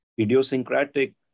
idiosyncratic